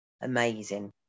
amazing